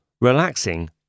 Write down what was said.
relaxing